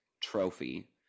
trophy